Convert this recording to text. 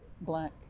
black